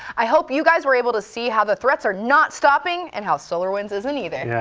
i hope you guys were able to see how the threats are not stopping, and how solarwinds isn't either. yeah,